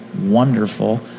wonderful